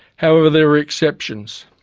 however there were exceptions.